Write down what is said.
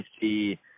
see